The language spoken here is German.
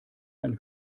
ein